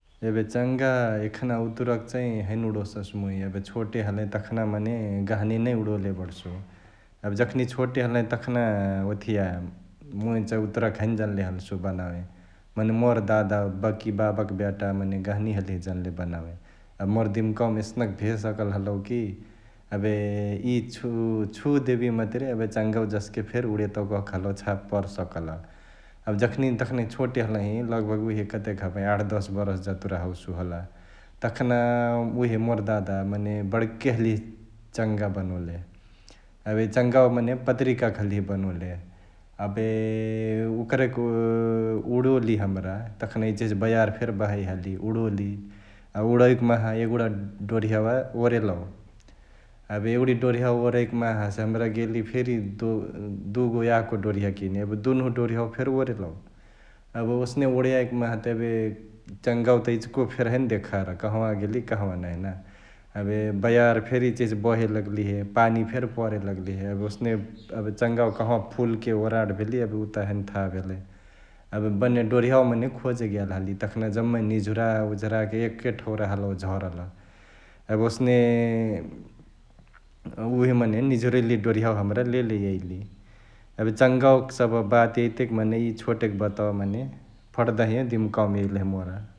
एबे चंगा एखान उतुरक चैं हैने उडोससु मुइ एबे छोटे हलही तखना मने गहनी नै उडोले बड्सु । एबे जखनी छोटे हलहिं तखना ओथिया मुइ चैं उतुराक हैने जनले हल्सु बनवे मने मोर दादा, बकिबाबाक ब्याटा मने गहनी हलिहे जनले बनावे अ मोर दिमकवा मा एसनक भे सकल हलौ कि एबे इ छु...छु देबिय मतुरे एबे चङ्गावा जस्के फेरी उडेतउ कहके हलौ छाप पर सकल । एबे जखनी न तखनी छोटे हलही लगबग उहे कतेक हबही आठ दस बरस जतुरा हौसु होला तखना उहे मोर दादा मने बड्के हलिहे चङ्गा बनोले । एबे चङ्गावा मने पत्रीकाक हलिहे बनोले एबे ओकरेके उडोली हमरा तखनही बयार फेरी बहै हलिहे उडोली । अ उडोइक माहा एगुडा डोरिहावा ओरलौ एबे एगुडी डोरेहावा ओराइकी माहा हसे हमरा गेली फेरी दुगो याको डोरिहा किने, दुन्हु डोरिहावा फेरी ओरलौ । एबे ओसने ओराइक माहा त एबे चङ्गावा त इचिको फेरी हैने देखार कह्ंवा गेलिय कह्ंवा नांही ना । एबे बयार फेरी इचिहिची बहे लग्लिहे, पानी फेरी परे लग्लेहे एबे ओसने एबे चङ्गावा कंहावा फुल के ओराट भेलिय उ त हैने थाह भेलई । एबे मने डोरिहावा मने खोजे गेल हाली तखना जम्मै निझुरउझुराके एके ठौरा हलौ झरल । एबे ओसने उहे मने निझुरैली डोरिहावा लेले यैली । एबे चङ्गावाक सभ बात एइतेक मने इ छोटेक बाटवा मने फट दहिया दिमकवामा एलही मोर ।